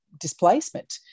displacement